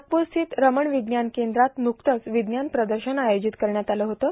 नागपूर स्थित रमन विज्ञान केंद्रात नुकतच विज्ञान प्रदर्शन आयोजित करण्यात आलं होतं